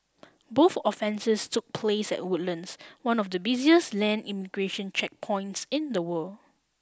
both offences took place at Woodlands one of the busiest land immigration checkpoints in the world